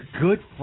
good